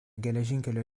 geležinkelio